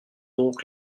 donc